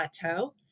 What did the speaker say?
plateau